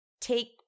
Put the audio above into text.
take